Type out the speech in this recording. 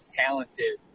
talented